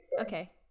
Okay